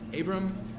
Abram